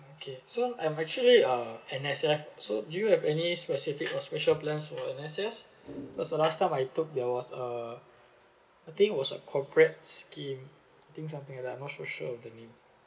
okay so I'm actually a N_S_F so do you have any specific or special plans for N_S_F because the last time I took it was uh I think it was a corporate scheme I think something like that I'm not so sure of the name